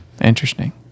Interesting